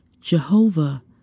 Jehovah